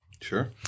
Sure